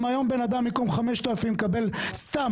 אם היום בן אדם במקום 5,000 מקבל סתם,